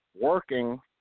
working